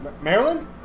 Maryland